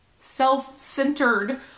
Self-centered